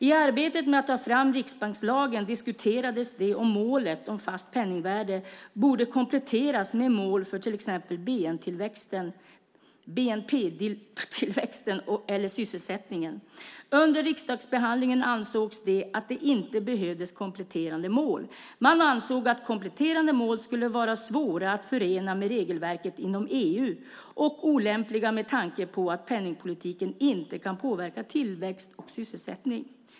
I arbetet med att ta fram riksbankslagen diskuterades det om målet om fast penningvärde borde kompletteras med mål till exempel för bnp-tillväxten eller sysselsättningen. Under riksdagsbehandlingen ansågs det att det inte behövdes kompletterande mål. Man ansåg att kompletterande mål skulle vara svåra att förena med regelverket inom EU och olämpliga med tanke på att penningpolitiken inte kan påverka tillväxt och sysselsättning.